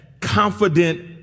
confident